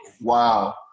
Wow